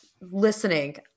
listening